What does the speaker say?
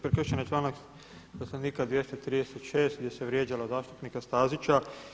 Prekršen je članak Poslovnika 236. gdje se vrijeđalo zastupnika Stazića.